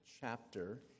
chapter